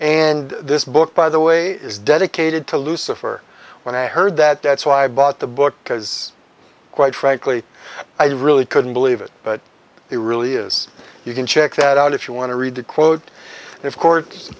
and this book by the way is dedicated to lucifer when i heard that that's why i bought the book because quite frankly i really couldn't believe it but he really is you can check that out if you want to read the quote of cour